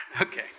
Okay